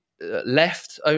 left